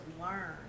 learn